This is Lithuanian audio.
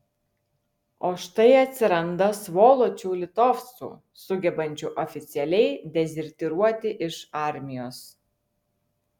o štai atsiranda svoločių litovcų sugebančių oficialiai dezertyruoti iš armijos